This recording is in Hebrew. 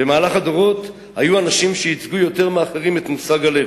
במהלך הדורות היו אנשים שייצגו יותר מאחרים את מושג הלב,